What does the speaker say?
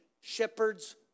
shepherd's